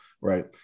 right